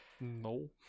No